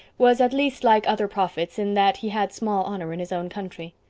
was at least like other prophets in that he had small honor in his own country.